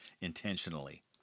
intentionally